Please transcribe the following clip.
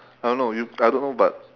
I don't know you I don't know but